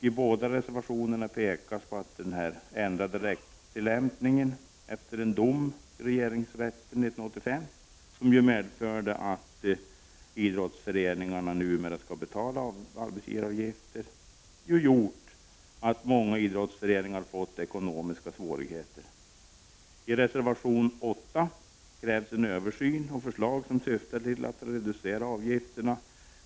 I båda reservationerna påpekas att den ändrade rättstillämpningen, efter en dom i regeringsrätten 1985 som medfört att idrottsföreningarna nu mera skall betala arbetsgivaravgifter, gjort att många idrottsföreningar fått ekonomiska svårigheter. I reservation 8 krävs en översyn och förslag som syftar till att reducera avgifterna.